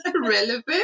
relevant